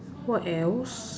what else